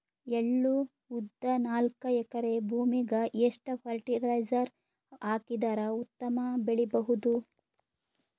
ಎಳ್ಳು, ಉದ್ದ ನಾಲ್ಕಎಕರೆ ಭೂಮಿಗ ಎಷ್ಟ ಫರಟಿಲೈಜರ ಹಾಕಿದರ ಉತ್ತಮ ಬೆಳಿ ಬಹುದು?